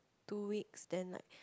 two weeks then like